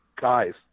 guys